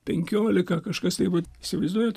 penkiolika kažkas tai vat įsivaizduojat